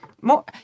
More